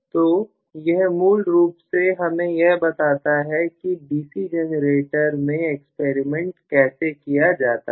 तो यह मूल रूप से कैसे डीसी जनरेटर पर एक्सपेरिमेंट किया जाता है